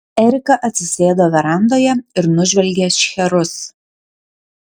erika atsisėdo verandoje ir nužvelgė šcherus